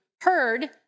heard